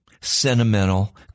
sentimental